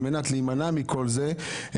על מנת להימנע מכל זה,